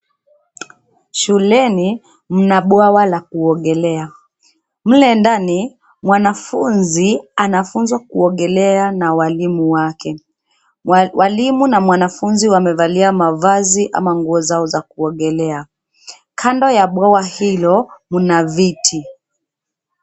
Shuleni mna bwawa la kuogelea, mle ndani mwanafunzi anafunzwa kuogelea na walimu wake. Walimu na mwanafunzi wamevalia mavazi ama nguo zao za kuogelea. Kando ya bwawa hilo mna viti.